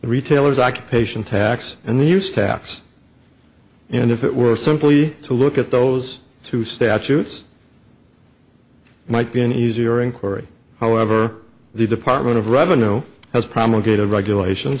retailers occupation tax and use tax and if it were simply to look at those two statutes might be an easier inquiry however the department of revenue has promulgated regulations